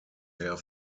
herr